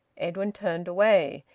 edwin turned away.